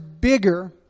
bigger